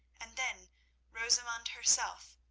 and then rosamund herself,